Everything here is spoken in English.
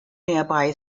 nearby